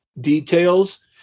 details